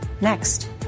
next